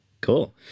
Cool